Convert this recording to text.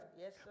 Yes